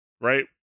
Right